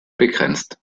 begrenzt